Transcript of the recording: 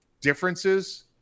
differences